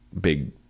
big